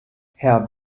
herr